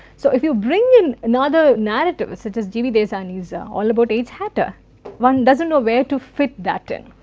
so if you bring in another narrative such as g. v. desani's all about h. hatterr, one does not know where to fit that in.